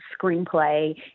screenplay